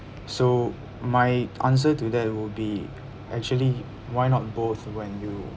so my answer to that would be actually why not both when you